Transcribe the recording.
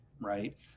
right